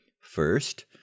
First